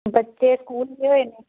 ਬੱਚੇ ਸਕੂਲ ਗਏ ਹੋਏ ਨੇ